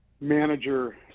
manager